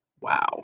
wow